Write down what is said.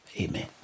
amen